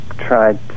tried